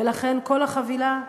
ולכן כל החבילה,